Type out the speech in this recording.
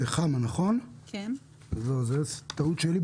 טעות שלי.